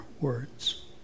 words